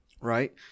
right